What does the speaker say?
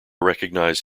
recognise